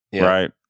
right